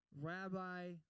rabbi